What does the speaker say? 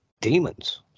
demons